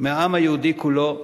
מהעם היהודי כולו,